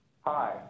Hi